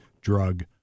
drug